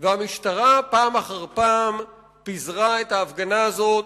והמשטרה פעם אחר פעם פיזרה את המשמרת הזאת.